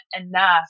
enough